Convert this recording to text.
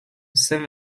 saint